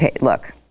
Look